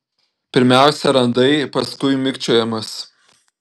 pirmiausia randai paskui mikčiojimas